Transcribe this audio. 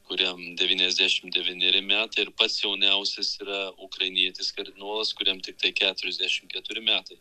kuriam devyniasdešimt devyneri metai ir pats jauniausias yra ukrainietis kardinolas kuriam tiktai keturiasdešimt keturi metai